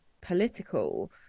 political